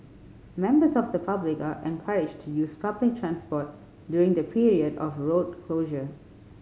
members of the public are encouraged to use public transport during the period of road closure